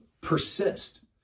persist